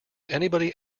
anybody